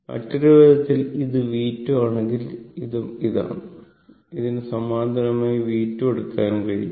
മറ്റൊരു വിധത്തിൽ ഇത് V2 ആണെങ്കിൽ ഇതും ഇതാണ് ഇതിന് സമാന്തരമായി V2 എടുക്കാനും കഴിയും